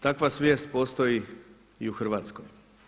Takva svijest postoji i u Hrvatskoj.